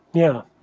yeah,